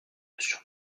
notion